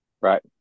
Right